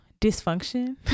dysfunction